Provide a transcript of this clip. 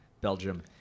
belgium